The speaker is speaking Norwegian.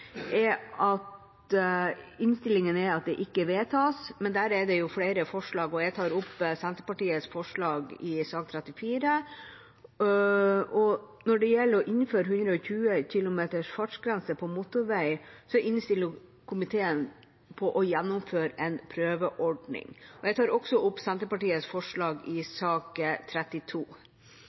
og jeg tar opp Senterpartiets forslag i sak nr. 34. Når det gjelder å innføre fartsgrense på 120 km/t på motorvei, innstiller komiteen på å gjennomføre en prøveordning. Jeg tar også opp Senterpartiets forslag i sak nr. 32.